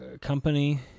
company